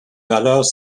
valeurs